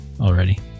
already